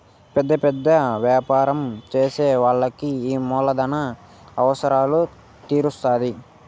పెద్ద పెద్ద యాపారం చేసే వాళ్ళకి ఈ మూలధన అవసరాలు తీరుత్తాధి